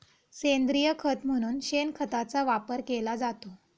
सेंद्रिय खत म्हणून शेणखताचा वापर केला जातो